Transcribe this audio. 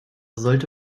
sollte